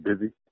busy